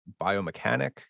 biomechanic